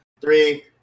three